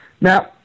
Now